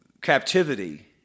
captivity